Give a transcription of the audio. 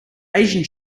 asian